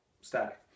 static